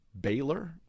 Baylor